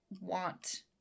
want